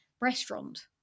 restaurant